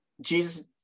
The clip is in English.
Jesus